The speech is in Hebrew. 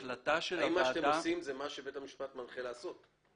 האם מה שאתם עושים זה מה שבית המשפט מנחה לעשות?